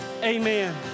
amen